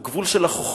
הוא גבול של החוכמה,